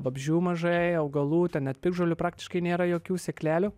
vabzdžių mažai augalų net piktžolių praktiškai nėra jokių sėklelių